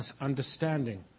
understanding